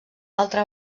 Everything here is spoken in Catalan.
altra